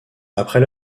après